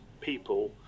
people